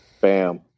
Bam